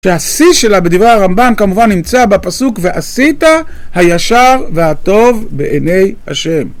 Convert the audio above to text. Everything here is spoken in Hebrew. והשיא שלה בדברי הרמב״ן כמובן נמצא בפסוק ועשית הישר והטוב בעיני השם.